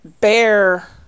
bear